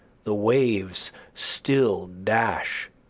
the waves still dash,